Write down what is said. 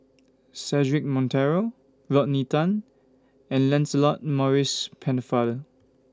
Cedric Monteiro Rodney Tan and Lancelot Maurice Pennefather